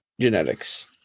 genetics